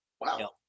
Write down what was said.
Wow